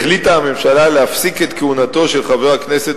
החליטה הממשלה להפסיק את כהונתו של חבר הכנסת